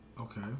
Okay